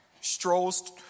strolls